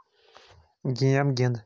game گِند